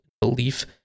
Belief